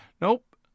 nope